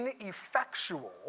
ineffectual